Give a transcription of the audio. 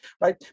right